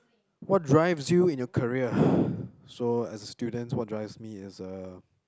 what drives you in your career so as a student what drives me is uh